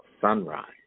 Sunrise